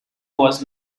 was